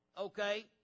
okay